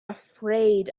afraid